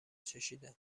چشیدم